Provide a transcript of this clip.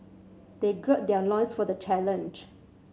they gird their loins for the challenge